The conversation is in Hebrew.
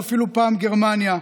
ואפילו פעם גרמניה,